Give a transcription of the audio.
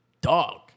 dog